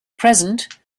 present